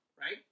right